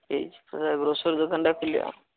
ଏଇ ଦେଖିବା ଗ୍ରୋସରୀ ଦୋକାନଟା ଖୋଲିବା